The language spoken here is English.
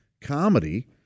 comedy